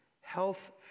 health